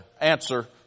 answer